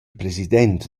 president